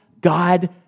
God